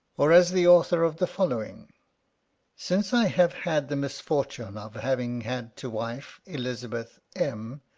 or, as the author of the following since i have had the misfortune of having had to wife elizabeth m,